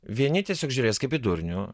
vieni tiesiog žiūrės kaip į durnių